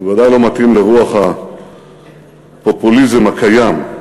בוודאי לא מתאים הפופוליזם הקיים.